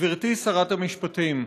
גברתי שרת המשפטים,